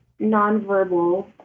nonverbal